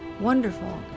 Wonderful